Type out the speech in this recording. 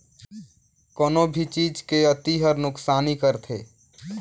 कोनो भी चीज के अती हर नुकसानी करथे